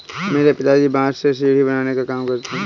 मेरे पिताजी बांस से सीढ़ी बनाने का काम करते हैं